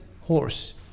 horse